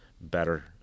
better